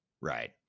Right